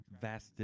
vast